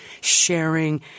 sharing